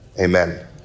amen